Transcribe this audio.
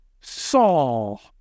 Saul